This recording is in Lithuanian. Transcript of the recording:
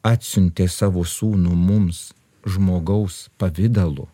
atsiuntė savo sūnų mums žmogaus pavidalu